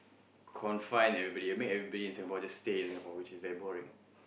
confine everybody make everybody in Singapore just stay in Singapore which is very boring